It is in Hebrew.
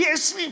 פי-20.